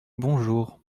bonjour